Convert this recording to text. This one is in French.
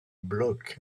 bloc